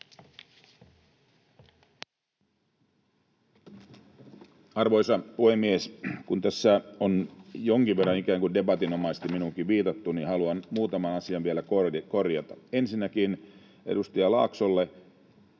Arvoisa puhemies! Kun tässä on jonkin verran ikään kuin debatinomaisesti minuunkin viitattu, niin haluan nyt muutaman asian vielä korjata. Ensinnäkin edustaja Laaksolle: